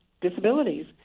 disabilities